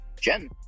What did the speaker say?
Jen